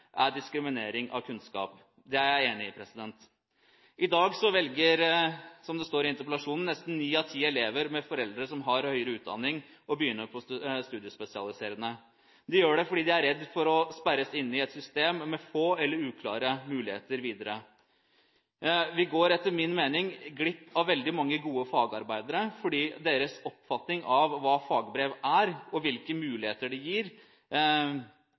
er diskriminering av kunnskap. Det er jeg enig i. Som det står i interpellasjonen, velger i dag nesten ni av ti elever med foreldre som har høyere utdanning, å begynne på studiespesialiserende. De gjør det fordi de er redde for å sperres inne i et system med få eller uklare muligheter videre. Vi går etter min mening glipp av veldig mange gode fagarbeidere, fordi deres oppfatning av hva fagbrev er, og hvilke muligheter det gir,